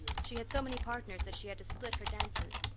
she had so many partners that she had to split her dances.